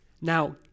Now